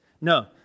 no